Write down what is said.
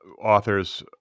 authors